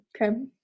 Okay